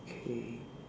okay